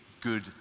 good